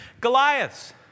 Goliath